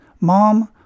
mom-